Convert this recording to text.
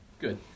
Good